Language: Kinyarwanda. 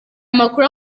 makuru